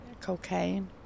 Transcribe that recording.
cocaine